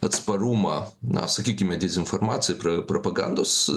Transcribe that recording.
atsparumą na sakykime dezinformacija pra propagandos